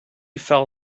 fell